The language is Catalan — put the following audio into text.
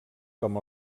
com